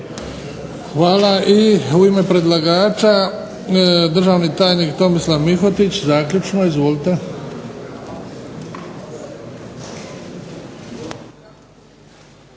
Hvala. I u ime predlagača državni tajnik Tomislav Mihotić, zaključno. Izvolite.